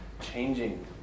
changing